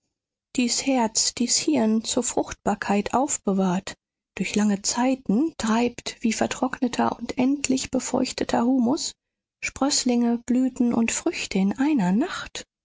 dies herz dies hirn zur fruchtbarkeit aufbewahrt durch lange zeiten treibt wie vertrockneter und endlich befeuchteter humus sprößlinge blüten und früchte in einer nacht